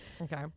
Okay